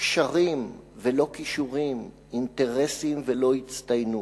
קשרים ולא כישורים, אינטרסים ולא הצטיינות.